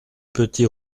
petit